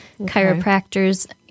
chiropractors